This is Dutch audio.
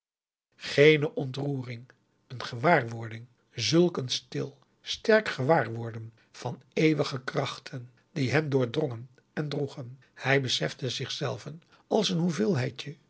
geene ontroering een gewaarworden zulk een stil sterk gewaarworden van eeuwige krachten die hem doordrongen en droegen hij besefte zich zelven als een hoeveelheidje